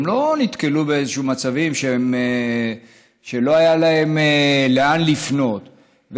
הם לא נתקלו במצבים שלא היה להם לאן לפנות.